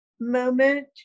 moment